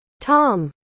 Tom